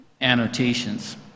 annotations